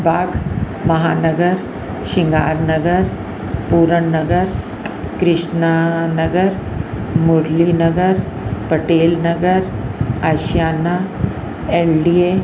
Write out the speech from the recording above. बाग़ Mahanagar Shringar Nagar Puran Nagar Krishna Nagar Murli Nagar Patel Nagar Ashiyana L D ए